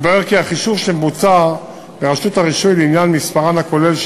התברר כי החישוב שמבוצע ברשות הרישוי לעניין מספרן הכולל של